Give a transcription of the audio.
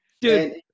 dude